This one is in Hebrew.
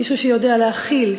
מישהו שיודע להכיל,